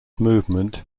movement